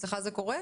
אצלך זה קורה?